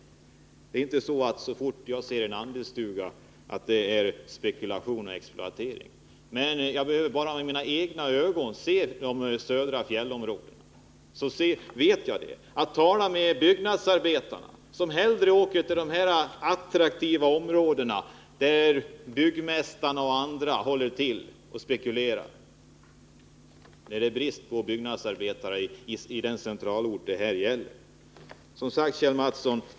Jag tror inte, så fort jag ser en andelsstuga, att det ligger spekulation och exploatering bakom. Men jag behöver bara med mina egna ögon se de södra fjällområdena, så vet jag vad det är fråga om. Man behöver bara tala med byggnadsarbetarna som hellre åker till de här attraktiva områdena där byggmästarna och andra håller till och spekulerar än tar jobb på centralorten, trots att det är brist på byggnadsarbetare där. Då får man visshet. Kjell Mattsson!